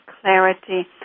clarity